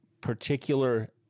particular